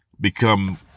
become